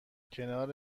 کنار